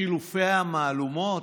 חילופי המהלומות,